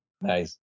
Nice